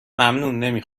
ممنون، نمی